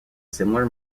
similar